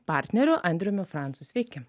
partneriu andriumi francu sveiki